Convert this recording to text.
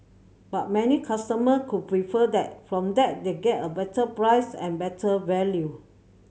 but many customer could prefer that from that they get a better price and better value